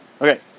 Okay